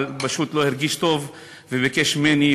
אבל הוא פשוט לא הרגיש טוב וביקש ממני,